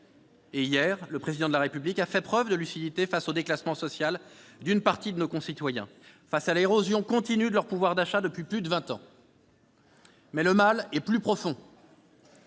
Hier, le Président de la République a fait preuve de lucidité face au déclassement social d'une partie de nos concitoyens et à l'érosion continue de leur pouvoir d'achat depuis plus de vingt ans. Mais le mal est plus profond.